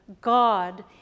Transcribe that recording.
God